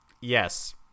yes